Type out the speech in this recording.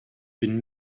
been